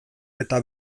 eta